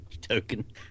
token